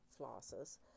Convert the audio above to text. flosses